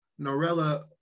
Norella